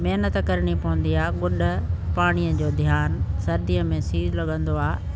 महिनत करिणी पवंदी आहे गुॾ पाणीअ जो ध्यानु सर्दीअ में सी लॻंदो आहे